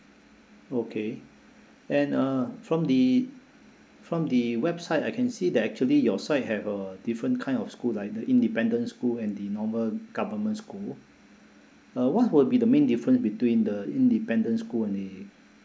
okay and uh from the from the website I can see that actually your side have uh different kind of school like the independent school and the normal government school uh what will be the main difference between the independent school and the